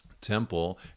temple